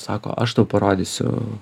sako aš tau parodysiu